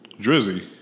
Drizzy